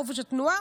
חופש התנועה.